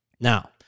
Now